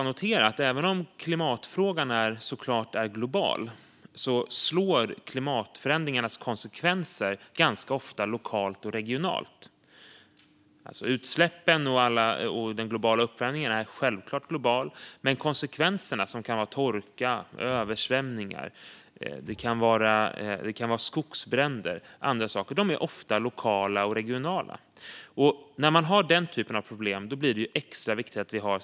Notera att även om klimatfrågan såklart är global slår konsekvenserna av klimatförändringarna ganska ofta lokalt och regionalt. Utsläppen och uppvärmningen är självklart globala, men konsekvenserna, exempelvis torka, översvämningar, skogsbränder och andra saker, är ofta lokala och regionala. Vid den typen av problem blir samarbete extra viktigt.